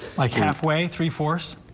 like halfway through force.